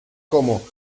como